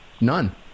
None